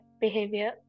behavior